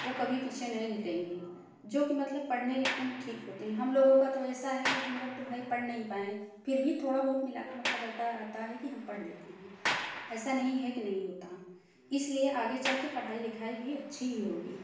वो कभी पीछे नहीं हटेंगे जो कि मतलब पढ़ने लिखने में ठीक होते हैं हम लोगों का तो ऐसा है कि हम लोग तो भाई पढ़ नहीं पाए हैं फिर भी थोड़ा बहुत मिला के मतलब अता आता है कि हम पढ़ लेते हैं ऐसा नहीं है कि नहीं होता इसलिए आगे चल के पढ़ाई लिखाई भी अच्छी ही होगी